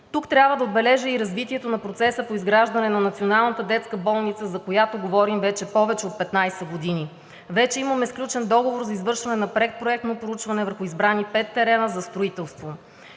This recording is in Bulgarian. Тук трябва да отбележа и развитието на процеса по изграждане на Националната детска болница, за която говорим вече повече от 15 години. Вече имаме сключен договор за извършване на предпроектно проучване върху избрани пет терена за строителство.